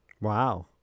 Wow